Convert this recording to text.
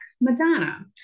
Madonna